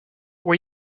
were